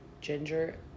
ginger